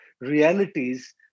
realities